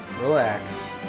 relax